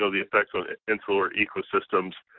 so the effects on insular ecosystems,